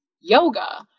yoga